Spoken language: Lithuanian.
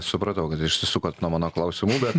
supratau kad išsisukot nuo mano klausimų bet